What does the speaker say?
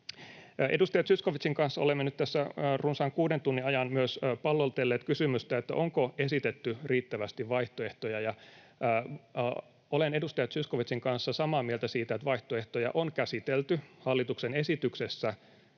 Edustaja Zyskowiczin kanssa olemme nyt tässä runsaan kuuden tunnin ajan myös pallotelleet kysymystä, onko esitetty riittävästi vaihtoehtoja. Olen edustaja Zyskowiczin kanssa samaa mieltä siitä, että vaihtoehtoja on käsitelty hallituksen esityksessä